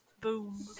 Boom